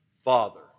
Father